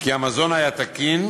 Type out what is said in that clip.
כי המזון היה תקין.